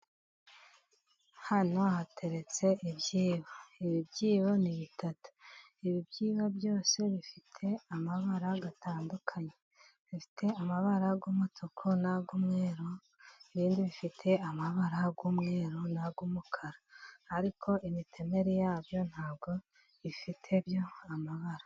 Hano hateretse ibyibo. Ibi byibo ni bitatu, ibi byibo byose bifite amabara atandukanye, bifite amabara y'umutuku n'ay'umweru, ibindi bifite amabara y'umweru n'ay'umukara, ariko imitemeri yabyo ntabwo ifite amabara.